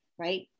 right